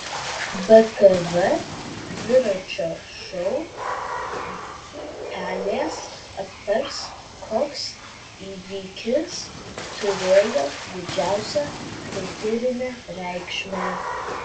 btv dviračio šou pelės aptars koks įvykis turėjo didžiausią kultūrinę reikšmę